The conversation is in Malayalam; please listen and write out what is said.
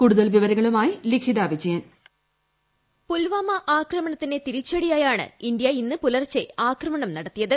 കൂടുതൽ വിവരങ്ങളുമായി ലിഖിത വിജയൻ വോയിസ് പുൽവാമ ആക്രമണത്തിന് തിരിച്ചടിയായാണ് ഇന്ത്യ ഇന്നു പുലർച്ചെ ആക്രമണം നടത്തിയത്